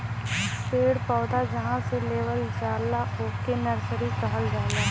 पेड़ पौधा जहां से लेवल जाला ओके नर्सरी कहल जाला